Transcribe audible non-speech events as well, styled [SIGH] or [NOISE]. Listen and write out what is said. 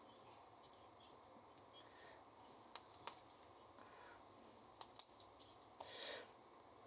[BREATH]